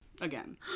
again